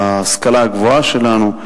להשכלה הגבוהה שלנו,